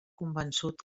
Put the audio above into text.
convençut